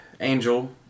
angel